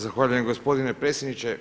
Zahvaljujem gospodine predsjedniče.